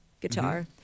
guitar